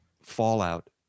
fallout